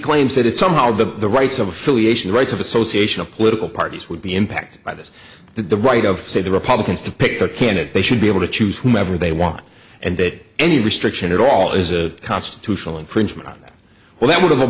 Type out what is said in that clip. claims that it's somehow the the rights of affiliation rights of association of political parties would be impacted by this the right of say the republicans to pick the candidate they should be able to choose whomever they want and that any restriction at all is a constitutional infringement on that well that would have